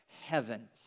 heaven